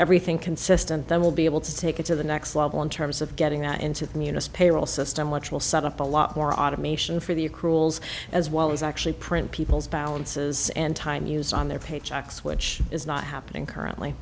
everything consistent then we'll be able to take it to the next level in terms of getting that into munis payroll system which will set up a lot more automation for the accruals as well as actually print people's balances and time use on their paychecks which is not happening currently